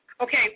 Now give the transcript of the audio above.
Okay